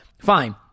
fine